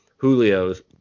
Julio's